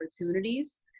opportunities